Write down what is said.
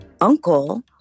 uncle